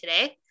today